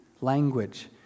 language